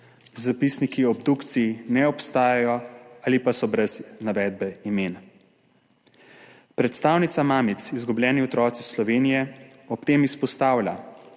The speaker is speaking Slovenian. zapisniki o obdukciji ne obstajajo ali pa so brez navedbe imen. Predstavnica mamic Izgubljeni otroci Slovenije ob tem izpostavlja,